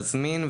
להזמין,